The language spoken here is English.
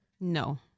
No